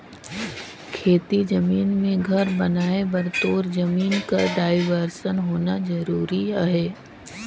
खेती जमीन मे घर बनाए बर तोर जमीन कर डाइवरसन होना जरूरी अहे